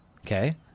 okay